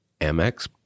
Amex